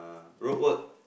road work